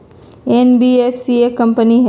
NBFC एक company हई?